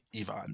Ivan